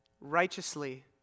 Righteously